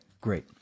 great